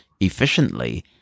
efficiently